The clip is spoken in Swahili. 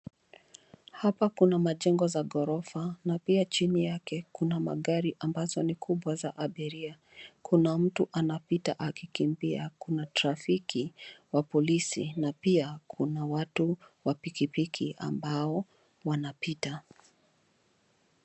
Hapa kuna majengo za ghorofa na pia chini yake kuna magari ambazo ni kubwa za abiria. Kuna mtu anapita akikimbia. Kuna trafiki wa polisi na pia kuna watu wa pikipiki ambao wanapita.